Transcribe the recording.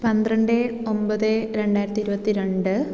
പന്ത്രണ്ട് ഒൻപത് രണ്ടായിരത്തി ഇരുപത്തി രണ്ട്